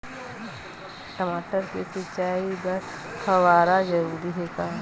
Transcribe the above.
टमाटर के सिंचाई बर फव्वारा जरूरी हे का?